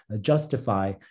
justify